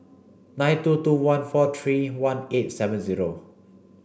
nine two two one four three one eight seven zero